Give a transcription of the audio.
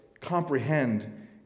comprehend